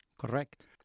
Correct